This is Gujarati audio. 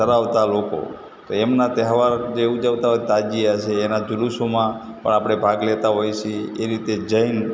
ધરાવતા લોકો એમના તહેવાર જે ઉજવતા હોય જે તાજિયા છે એના જૂલુસોમાં પણ આપણે ભાગ લેતા હોય છે